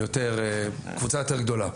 של קבוצה יותר גדולה.